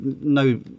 no